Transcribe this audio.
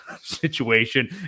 situation